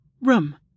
Room